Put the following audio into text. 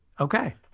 Okay